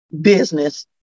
business